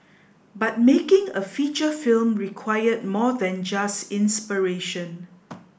but making a feature film required more than just inspiration